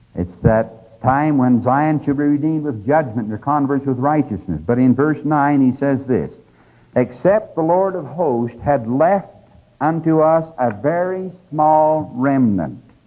it's that time when zion shall be redeemed with judgment and her converts with righteousness. but in verse nine he says this except the lord of hosts had left unto us a very small remnant,